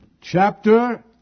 Chapter